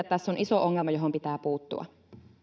tässä on iso ongelma johon pitää puuttua